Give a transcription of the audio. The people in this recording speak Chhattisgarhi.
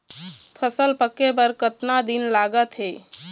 फसल पक्के बर कतना दिन लागत हे?